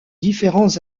différents